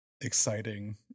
exciting